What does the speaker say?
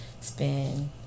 spend